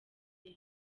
neza